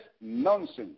nonsense